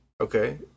okay